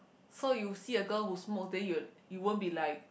so you see a girl who smoke then you'll you won't be like